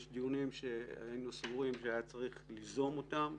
יש דיונים שהיינו סבורים שהיה צריך ליזום אותם,